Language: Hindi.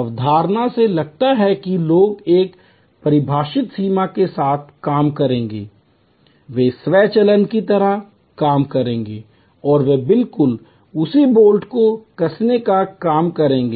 अवधारणा से लगता है कि लोग एक परिभाषित सीमा के साथ काम करेंगे वे स्वचालन की तरह कार्य करेंगे और वे बिलकुल उसी बोल्ट को कसने का काम करेंगे